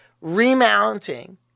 remounting